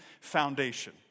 foundation